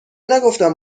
نگفتم